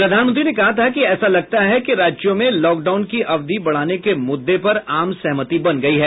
प्रधानमंत्री ने कहा था कि ऐसा लगता है कि राज्यों में लॉकडाउन की अवधि बढ़ाने के मुद्दे पर आम सहमति बन गई है